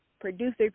producer